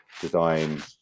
design